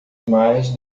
mais